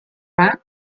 wahr